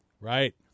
Right